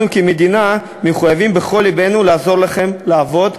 אנחנו כמדינה מחויבים בכל לבנו לעזור לכם לעבוד,